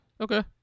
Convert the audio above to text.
okay